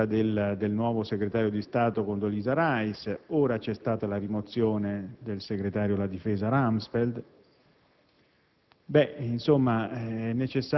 con la scelta del nuovo segretario di Stato, Condoleezza Rice. Ora c'è stata la rimozione del segretario alla difesa Rumsfeld.